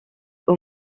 aux